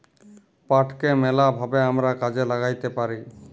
পাটকে ম্যালা ভাবে আমরা কাজে ল্যাগ্যাইতে পারি